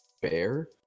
fair